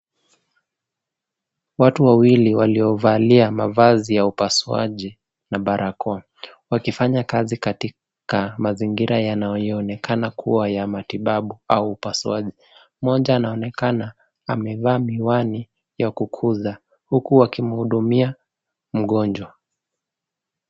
Watu wawili waliovalia mavazi ya upasuaji na barakoa. Wakifanya kazi katika mazingira yanayoonekana kuwa ya matibabu au upasuaji. Mmoja anaonekana amevaa miwani ya kukuza huku wakimhudumia mgonjwa.